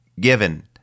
given